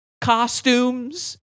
costumes